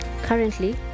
Currently